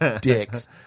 dicks